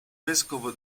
vescovo